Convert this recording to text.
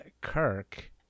Kirk